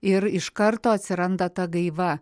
ir iš karto atsiranda ta gaiva